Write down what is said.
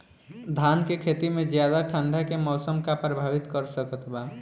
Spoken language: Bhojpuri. धान के खेती में ज्यादा ठंडा के मौसम का प्रभावित कर सकता बा?